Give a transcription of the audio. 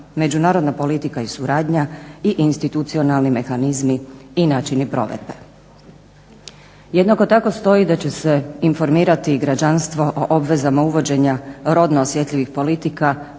ženama, međunarodna politika i suradnja i institucionalni mehanizmi i načini provedbe. Jednako tako stoji da će se informirati građanstvo o obvezama uvođenja rodno osjetljivih politika